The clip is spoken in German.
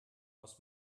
aus